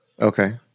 okay